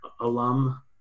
alum